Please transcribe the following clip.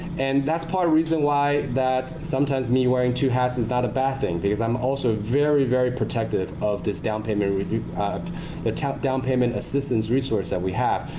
and that's part reason why sometimes, me wearing two hats is not a bad thing. because i'm also very, very protective of this down payment with the top down payment assistance resource that we have.